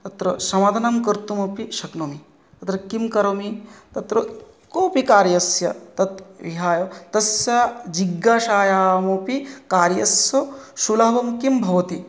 अत्र समाधानं कर्तुमपि शक्नोमि अत्र किं करोमि तत्र कोपि कार्यस्य तत् विहाय तस्य जिज्ञासायामपि कार्यस्य सुलभं किं भवति